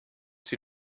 sie